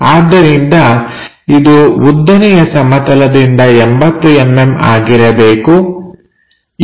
ಆದ್ದರಿಂದ ಇದು ಉದ್ದನೆಯ ಸಮತಲದಲ್ಲಿ 80mm ಆಗಿರಬೇಕು